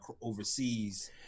overseas